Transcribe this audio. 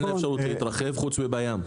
אין להם אפשרות להתרחב, חוץ מאל הים.